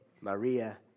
Maria